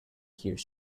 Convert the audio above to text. here